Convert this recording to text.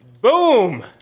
Boom